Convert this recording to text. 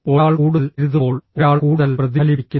ഒരാൾ കൂടുതൽ എഴുതുമ്പോൾ ഒരാൾ കൂടുതൽ പ്രതിഫലിപ്പിക്കുന്നു